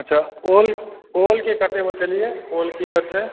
अच्छा ओल के कते बतेलियै ओल की दर छै